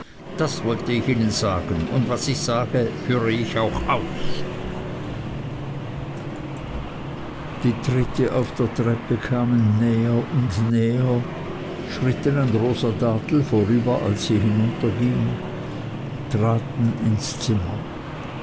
das wollte ich ihnen sagen und was ich sage führe ich auch aus die tritte auf der treppe kamen näher und näher schritten an rosa dartle vorüber als sie hinunterging traten ins zimmer